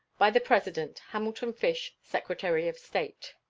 by the president hamilton fish, secretary of state.